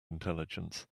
intelligence